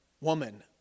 woman